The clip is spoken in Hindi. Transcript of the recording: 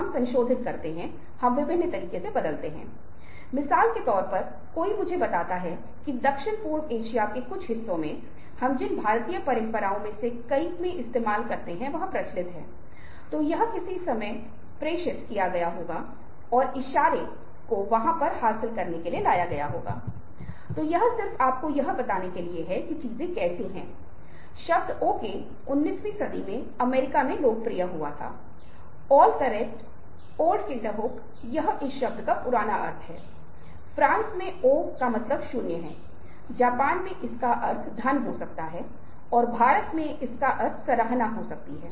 तो मूल रूप से क्या होता है कि कुछ अर्थों में यह अनुनय का एक उप सेट है जैसा कि ब्रेन वाशिंग स्टॉकहोम सिंड्रोम है जिसके बारे में हम बात करेंगे लेकिन यह आमतौर पर अस्थायी रूप से काम करता है क्योंकि यह वास्तव में मामलों की स्थिति नहीं है यदि आप देख रहे हैं गीता का उदाहरण अर्जुन के लिए और कई अभ्यास करने वाले के लिए हिंदू वहाँ के शब्द उनके पूरे जीवन में सत्य प्रतीत होते हैं और इसलिए वे इसका अभ्यास करते हैं